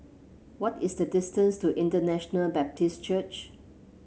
what is the distance to International Baptist Church